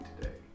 today